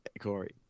Corey